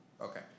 Okay